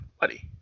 Buddy